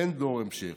אין דור המשך.